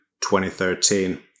2013